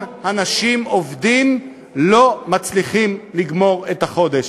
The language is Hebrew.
אנשים עובדים לא מצליחים לגמור את החודש.